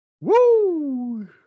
Woo